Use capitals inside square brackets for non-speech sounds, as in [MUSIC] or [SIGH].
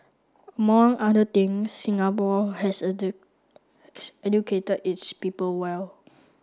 among other things Singapore has [UNINTELLIGIBLE] educated its people well